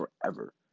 forever